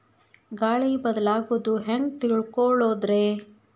ಗಾಳಿ ಬದಲಾಗೊದು ಹ್ಯಾಂಗ್ ತಿಳ್ಕೋಳೊದ್ರೇ?